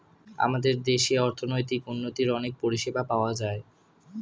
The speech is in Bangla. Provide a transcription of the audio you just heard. আমাদের দেশে অর্থনৈতিক উন্নতির অনেক পরিষেবা পাওয়া যায়